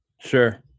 Sure